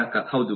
ಗ್ರಾಹಕ ಹೌದು